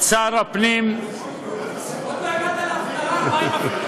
הוא כבר נשוי, מה אכפת לו.